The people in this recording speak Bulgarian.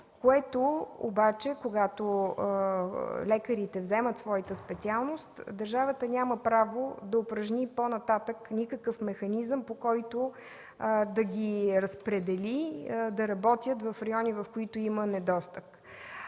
След това, когато лекарите вземат своята специалност, държавата няма право да упражни по-нататък никакъв механизъм, по който да ги разпредели да работят в райони, в които има недостиг.